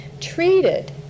treated